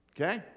okay